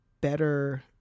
better